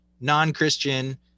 non-christian